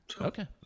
Okay